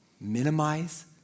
minimize